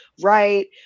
right